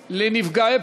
נתקבלה.